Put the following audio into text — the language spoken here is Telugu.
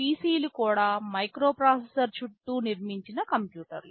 PC లు కూడా మైక్రోప్రాసెసర్ చుట్టూ నిర్మించిన కంప్యూటర్లు